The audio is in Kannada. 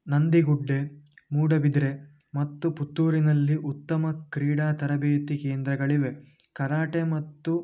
ನಂದಿಗುಡ್ಡೆ ಮೂಡುಬಿದಿರೆ ಮತ್ತು ಪುತ್ತೂರಿನಲ್ಲಿ ಉತ್ತಮ ಕ್ರೀಡಾ ತರಬೇತಿ ಕೇಂದ್ರಗಳಿವೆ ಕರಾಟೆ ಮತ್ತು